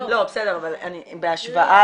לא בסדר, אבל בהשוואה